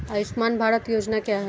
आयुष्मान भारत योजना क्या है?